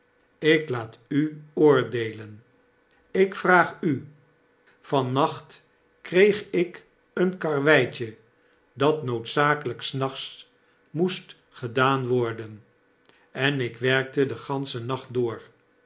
ik laat u oordeelenl ik vraag u van nacht kreeg ik een karweitje dat noodzakelyk s nachts moest gedaan worden en ik werkte den ganschen nacht door